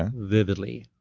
ah vividly,